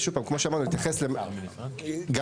שר האוצר יכול